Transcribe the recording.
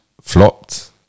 Flopped